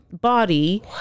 body